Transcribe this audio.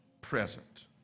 present